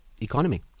economy